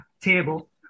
table